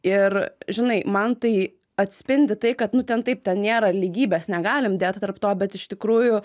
ir žinai man tai atspindi tai kad nu ten taip ten nėra lygybės negalim dėt tarp to bet iš tikrųjų